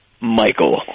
Michael